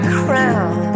crown